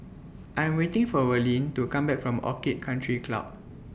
I Am waiting For Verlin to Come Back from Orchid Country Club